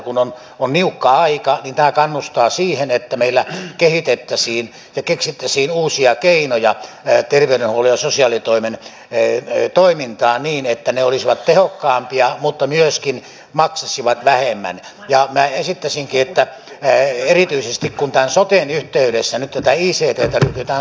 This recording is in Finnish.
kyse on siitä että meillä kehitettäisiin ja keksittäisiin uusia keinoja ettei minun ja maamme entisen presidentin pehr evind svinhufvudin kotitalo on päätetty ottaa valtion suojelukseen ja myöntää sille resursseja jotta tämä arvokas perintö säilytetään jälkipolville